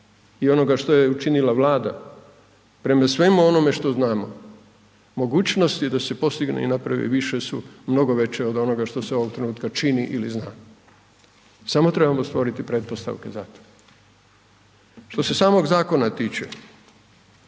i onoga što je učinila vlada, premda svemu onome što znamo, mogućnosti da se postigne i naprave više su mnogo veće od onoga što se ovog trenutka čini li zna, samo trebamo stvoriti pretpostavke za to. Što se samog zakona, tiče,